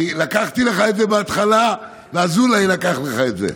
כי לקחתי לך את זה בהתחלה, ואזולאי לקח לך את זה.